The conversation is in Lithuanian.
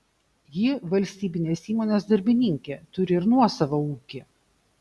ji valstybinės įmonės darbininkė turi ir nuosavą ūkį